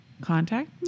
contact